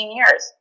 years